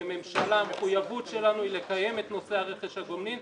כממשלה המחויבות שלנו היא לקיים את נושא הרכש הגומלין.